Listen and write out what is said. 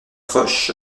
foch